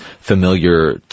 familiar